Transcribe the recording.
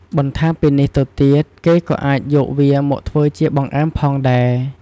បន្ថែមពីនេះទៅទៀតគេក៏អាចយកវាមកធ្វើជាបង្អែមផងដែរ។